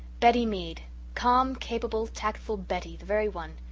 betty mead calm, capable, tactful betty the very one!